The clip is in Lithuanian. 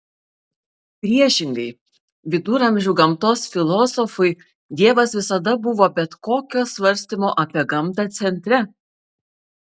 priešingai viduramžių gamtos filosofui dievas visada buvo bet kokio svarstymo apie gamtą centre